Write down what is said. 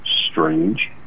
strange